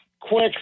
quick